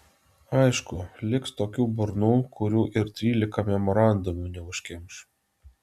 aišku liks tokių burnų kurių ir trylika memorandumų neužkimš